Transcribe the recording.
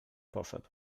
poszedł